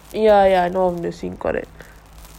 nope ya ya more of nursing correct